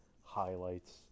highlights